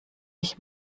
ich